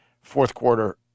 fourth-quarter